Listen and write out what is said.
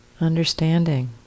understanding